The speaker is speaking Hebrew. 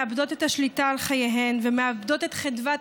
מאבדות את השליטה על חייהן ומאבדות את חדוות